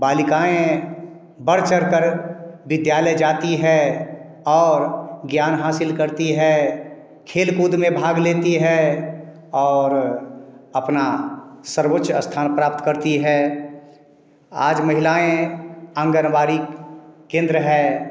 बालिकाएँ बढ़ चढ़ कर विद्यालय जाती हैं और ज्ञान हासिल करती है खेल कूद में भाग लेती हैं और अपना सर्वोच्च स्थान प्राप्त करती हैं आज महिलाएँ आँगनबाड़ी केंद्र है